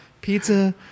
Pizza